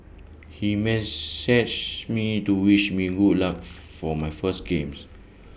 he messaged me to wish me good luck for my first games